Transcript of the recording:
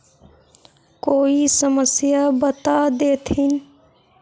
कोई समस्या बता देतहिन?